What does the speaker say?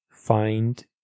find